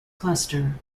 cluster